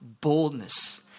boldness